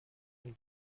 and